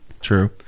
True